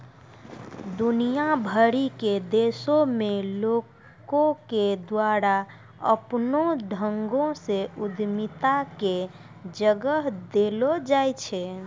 दुनिया भरि के देशो मे लोको के द्वारा अपनो ढंगो से उद्यमिता के जगह देलो जाय छै